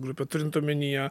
grupę turint omenyje